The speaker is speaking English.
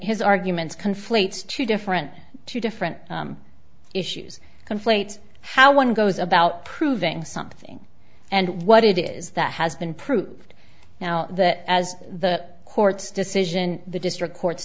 his arguments conflates two different two different issues conflate how one goes about proving something and what it is that has been proved now that as the court's decision the district court